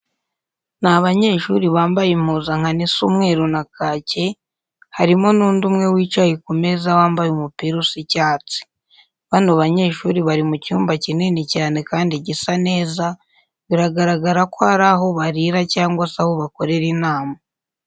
Ni abanyeshuri bambaye impuzankano isa umweru na kake, harimo n'undi umwe wicaye ku meza wambaye umupira usa icyatsi. Bano banyeshuri bari mu cyumba kinini cyane kandi gisa neza, biragaragara ko ari aho barira cyangwa se aho bakorera inama.